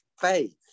faith